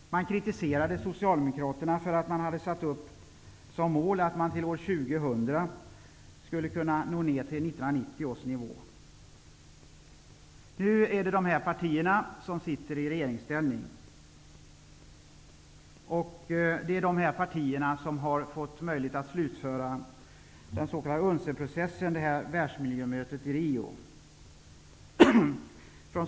Man kritiserade Socialdemokraterna för att vi hade satt upp som mål att vi till år 2000 skulle kunna komma ner till 1990 års nivå. Nu är det dessa partier som sitter i regeringsställning. Det är dessa partier som har fått möjlighet att slutföra den s.k. UNCED-processen från världsmiljömötet i Rio.